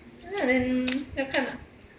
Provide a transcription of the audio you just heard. ok ah then 要看啊